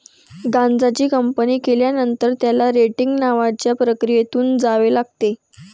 गांजाची कापणी केल्यानंतर, त्याला रेटिंग नावाच्या प्रक्रियेतून जावे लागते